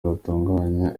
rutunganya